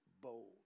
bold